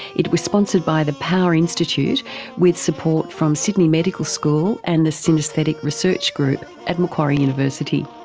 it was sponsored by the power institute with support from sydney medical school and the synaesthetic research group at macquarie university.